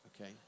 okay